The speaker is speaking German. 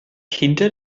hinter